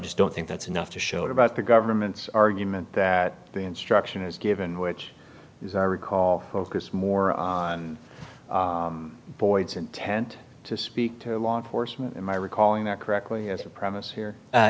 just don't think that's enough to show it about the government's argument that the instruction is given which is i recall focus more on boyd's intent to speak to law enforcement in my recalling that correctly as a premise here